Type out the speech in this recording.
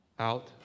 Out